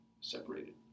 separated